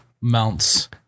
mounts